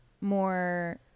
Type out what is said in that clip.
more